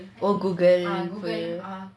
oh google google